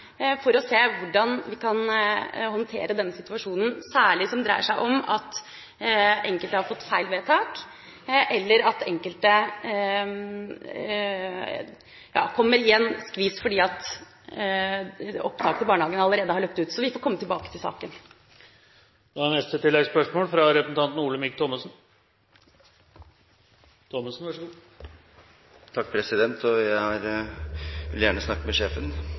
for å se hvordan vi kan håndtere den situasjonen som særlig dreier seg om at enkelte har fått feil vedtak, eller at enkelte kommer i en skvis fordi opptaket i barnehagen allerede har løpt ut. Så vi får komme tilbake til saken. Olemic Thommessen – til oppfølgingsspørsmål. Jeg vil gjerne snakke med sjefen. Det betyr kunnskapsministeren i denne sammenhengen. Det vi diskuterer nå, har